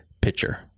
pitcher